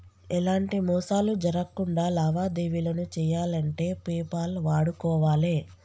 ఎలాంటి మోసాలు జరక్కుండా లావాదేవీలను చెయ్యాలంటే పేపాల్ వాడుకోవాలే